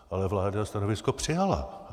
Ale vláda stanovisko přijala.